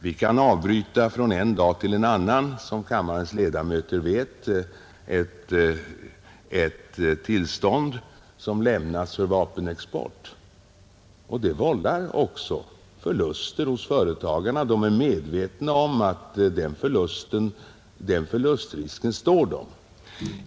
Vi kan från en dag till en annan, som kammarens ledamöter vet, avbryta ett tillstånd som lämnats för vapenexport. Det vållar också förluster hos företagarna. De är medvetna om att de löper den förlustrisken.